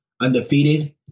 undefeated